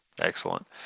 excellent